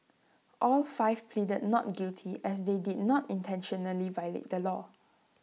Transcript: all five pleaded not guilty as they did not intentionally violate the law